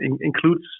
includes